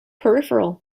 peripheral